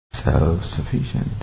Self-sufficient